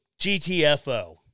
GTFO